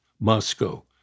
Moscow